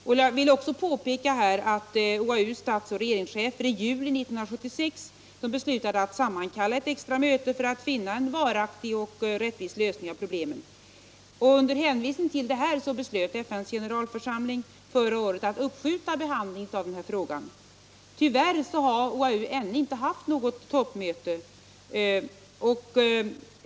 Vidare vill jag påpeka att OAU:s statsoch regeringschefer i juli 1976 beslöt att sammankalla ett extramöte för att finna en varaktig och rättvis lösning av problemet. Under hänvisning till dessa omständigheter beslöt FN:s generalförsamling förra året att uppskjuta behandlingen av frågan. Tyvärr har OAU ännu inte haft något toppmöte.